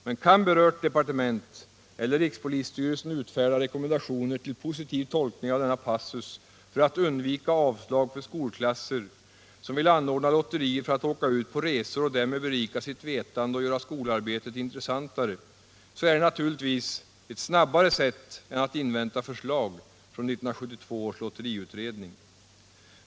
Men kan berört departement eller rikspolisstyrelsen utfärda rekommendationer till positiv tolkning av denna passus för att undvika avslag för skolklasser, som vill anordna lotterier för att åka ut på resor och därmed berika sitt vetande och göra skolarbetet intressantare, så är det naturligtvis ett snabbare sätt än att invänta förslag från 1972 års lotteriutredning.